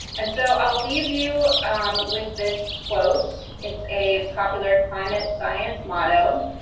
and so i'll leave you with this quote. it's a popular climate science motto.